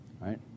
right